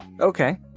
Okay